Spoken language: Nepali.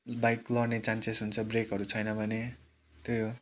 बाइक लड्ने चान्सेस हुन्छ ब्रेकहरू छैन भने त्यही हो